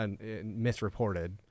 misreported